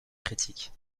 critique